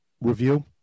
review